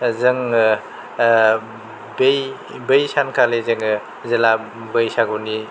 जोङो बै बै सानखालि जोङो जेला बैसागुनि